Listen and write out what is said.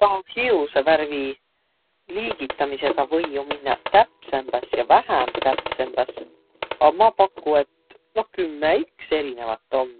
Taa hiusõvärvi liigitamisõga või ju minnäq täpsämbäs ja vähämbtäpsämbäs, a ma paku, et no kümme iks erinevat om.